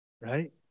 right